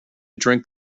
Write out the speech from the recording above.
drink